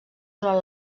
durant